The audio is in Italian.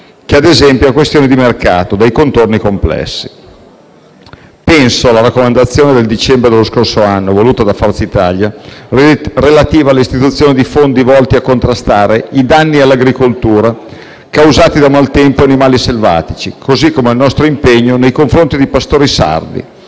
che - ad esempio - a questioni "di mercato" dai contorni complessi. Penso alla raccomandazione del dicembre dello scorso anno, voluta da Forza Italia, relativa all'istituzione di fondi volti a contrastare i danni all'agricoltura causati da maltempo e animali selvatici, così come al nostro impegno nei confronti dei pastori sardi